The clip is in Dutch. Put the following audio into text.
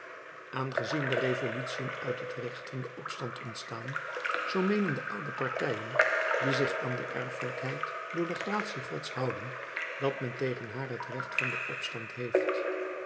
aangezien de revolutiën uit het recht van den opstand ontstaan zoo meenen de oude partijen die zich aan de erfelijkheid door de gratie gods houden dat men tegen haar het recht van den opstand heeft